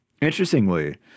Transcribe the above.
Interestingly